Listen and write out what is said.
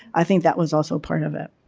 i think that was also part of it.